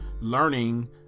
learning